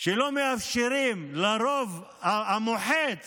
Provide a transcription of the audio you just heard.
שלא מאפשרות לרוב המוחץ